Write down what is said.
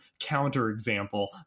counterexample